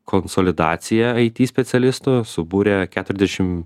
konsolidacija aiti specialistų subūrė keturdešim